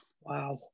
Wow